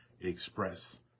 express